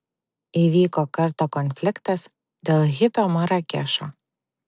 įvyko kartą konfliktas dėl hipio marakešo